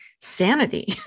sanity